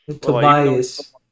Tobias